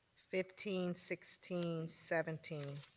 fifteen, sixteen, seventeen.